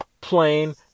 Plain